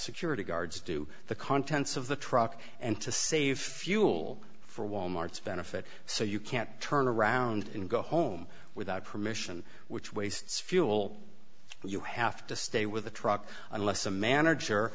security guards do the contents of the truck and to save fuel for wal mart's benefit so you can't turn around and go home without permission which wastes fuel you have to stay with the truck unless a manager